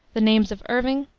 the names of irving,